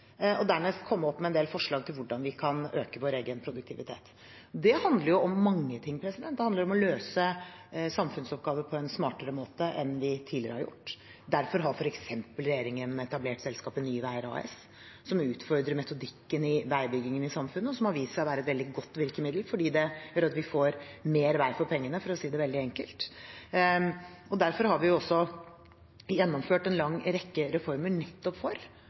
og dernest å komme med en del forslag til hvordan vi kan øke vår egen produktivitet. Det handler om mange ting. Det handler om å løse samfunnsoppgaver på en smartere måte enn vi tidligere har gjort. Derfor har regjeringen f.eks. etablert selskapet Nye Veier AS, som utfordrer metodikken i veibyggingen i samfunnet, og som har vist seg å være et veldig godt virkemiddel, fordi det gjør at vi får mer vei for pengene, for å si det veldig enkelt. Derfor har vi også gjennomført en lang rekke reformer nettopp for